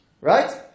Right